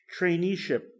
Traineeship